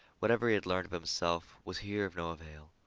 whatever he had learned of himself was here of no avail.